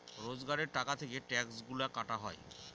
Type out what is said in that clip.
রোজগারের টাকা থেকে ট্যাক্সগুলা কাটা হয়